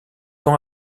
ans